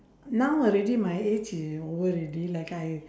now already my age is over already like I